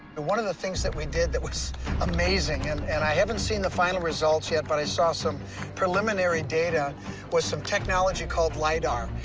and one of the things we did that was amazing and and i haven't seen the final results yet, but i saw some preliminary data was some technology called lidar,